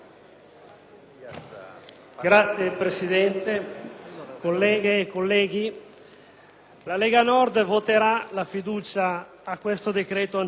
Signor Presidente, colleghe e colleghi, la Lega Nord voterà la fiducia sul decreto anticrisi